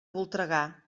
voltregà